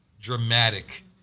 dramatic